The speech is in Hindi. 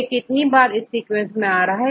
A कितनी बार इस सीक्वेंस में आ रहा है